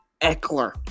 Eckler